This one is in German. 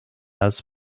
als